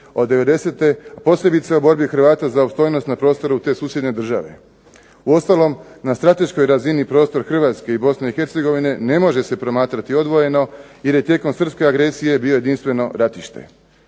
od '90., a posebice o borbi Hrvata za opstojnost na prostoru te susjedne države. Uostalom na strateškoj razini prostor Hrvatske i Bosne i Hercegovine ne može se promatrati odvojeno jer je tijekom srpske agresije bio jedinstveno ratište.